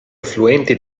affluenti